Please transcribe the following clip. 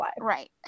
Right